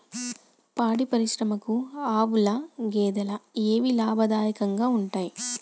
పాడి పరిశ్రమకు ఆవుల, గేదెల ఏవి లాభదాయకంగా ఉంటయ్?